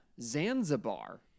Zanzibar